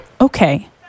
Okay